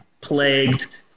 plagued